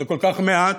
זה כל כך מעט,